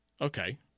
okay